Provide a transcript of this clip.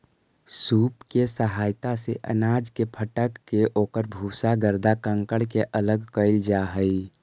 सूप के सहायता से अनाज के फटक के ओकर भूसा, गर्दा, कंकड़ के अलग कईल जा हई